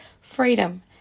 freedom